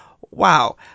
wow